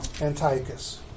Antiochus